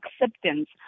acceptance